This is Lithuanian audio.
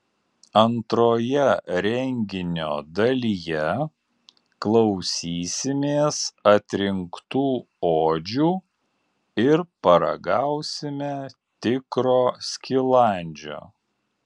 antroje renginio dalyje klausysimės atrinktų odžių ir paragausime tikro skilandžio